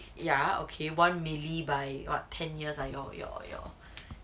ya okay one milli by what ten years or your your your